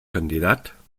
candidat